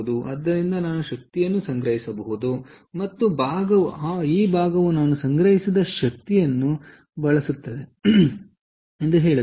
ಆದ್ದರಿಂದ ನಾನು ಶಕ್ತಿಯನ್ನು ಸಂಗ್ರಹಿಸುತ್ತೇನೆ ಮತ್ತು ಈ ಭಾಗವು ನಾನು ಸಂಗ್ರಹಿಸಿದ ಶಕ್ತಿಯನ್ನು ಬಳಸುತ್ತೇನೆ ಎಂದು ಹೇಳುತ್ತೇನೆ